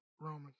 Roman